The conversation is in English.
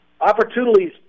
Opportunities